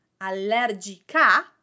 allergica